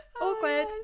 Awkward